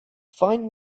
find